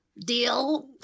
deal